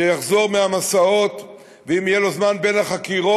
כשיחזור מהמסעות ואם יהיה לו זמן בין החקירות,